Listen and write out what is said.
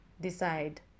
decide